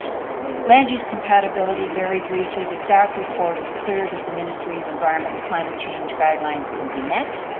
land use compatibility very briefly, the staff report is clear that the ministry of environment and climate change guidelines can be met,